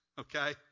okay